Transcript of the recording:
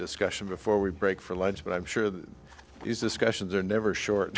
discussion before we break for lunch but i'm sure that these discussions are never short